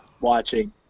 watching